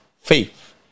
faith